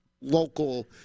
local